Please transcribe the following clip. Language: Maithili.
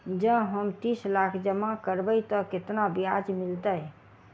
जँ हम तीस लाख जमा करबै तऽ केतना ब्याज मिलतै?